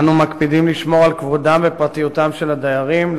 אנו מקפידים לשמור על כבודם ופרטיותם של הדיירים,